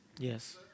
Yes